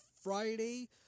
Friday